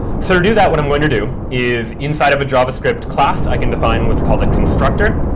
sort of do that, what i'm going to do is inside of a javascript class, i can define what's called a constructor.